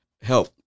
help